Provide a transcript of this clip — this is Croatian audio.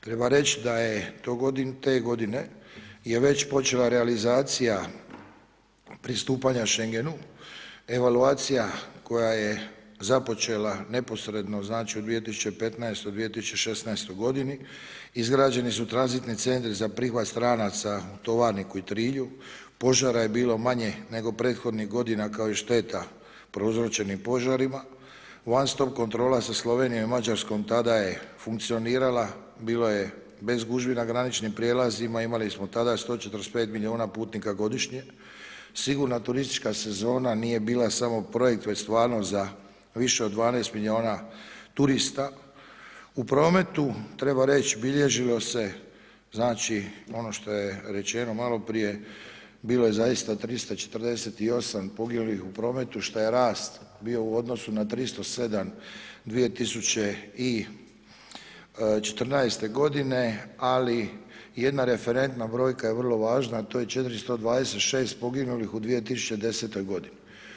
Treba reći da je te godine već počela realizacija pristupanja Schengenu, evaluacija koja je započela neposredno, znači u 2015., 2016. godini, izgrađeni su tranzitni centri za prihvat stranaca u Tovarniku i Trilju, požara je bilo manje nego prethodnih godina kao i šteta prouzročenim požarima, one stop kontrola sa Slovenijom i Mađarskom tada je funkcionirala, bilo je bez gužvi na graničnim prijelazima, imali smo tada 145 milijuna putnika godišnje, sigurna turistička sezona nije bila samo projekt već stvarnost za više od 12 milijuna turista, u prometu treba reći bilježilo se znači ono što je rečeno maloprije, bilo je zaista 348 poginulih u prometu što je rast bio u odnosu na 307 2014. godine ali jedna referentna brojka je vrlo važna a to je 426 poginulih u 2010. godini.